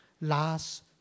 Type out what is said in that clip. last